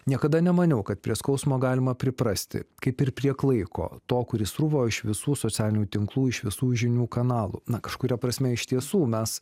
niekada nemaniau kad prie skausmo galima priprasti kaip ir prie klaiko to kuris sruvo iš visų socialinių tinklų iš visų žinių kanalų na kažkuria prasme iš tiesų mes